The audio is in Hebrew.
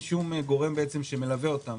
נוכל לקבל לוועדה את ססטוס המוסדות,